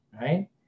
right